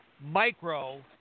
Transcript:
Micro